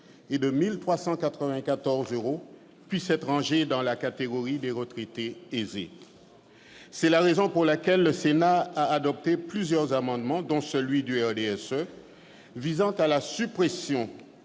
atteint 1 394 euros puisse être rangé dans la catégorie des retraités aisés ... C'est la raison pour laquelle le Sénat a adopté plusieurs amendements, dont celui du RDSE, visant à supprimer